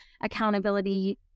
accountability